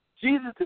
Jesus